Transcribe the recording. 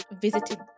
visited